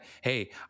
hey